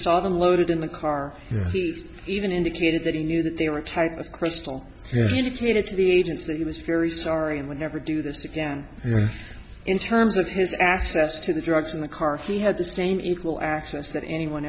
saw them loaded in the car even indicated that he knew that they were a type of crystal indicated to the agents that he was very sorry and would never do this again in terms of his access to the drugs in the car he had the same equal access that anyone